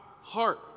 Heart